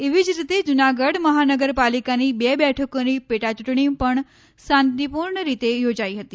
એવી જ રીતે જૂનાગઢ મહાનગરપાલિકાની બે બેઠકોની પેટા ચૂંટણી પણ શાંતિપૂર્ણ રીતે યોજાઈ હતી